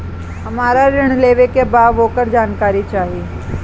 हमरा ऋण लेवे के बा वोकर जानकारी चाही